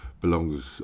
Belongs